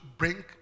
bring